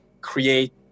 create